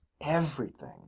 everything